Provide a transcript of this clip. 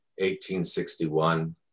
1861